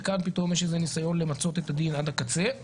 וכאן פתאום יש איזה ניסיון למצות את הדין על הקצה.